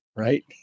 right